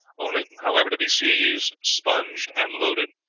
only, however, to be seized, sponged, and loaded,